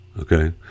Okay